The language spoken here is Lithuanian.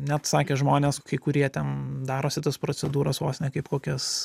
net sakė žmonės kai kurie ten darosi tas procedūras vos ne kaip kokias